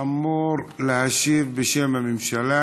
אמור להשיב בשם הממשלה.